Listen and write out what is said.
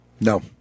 No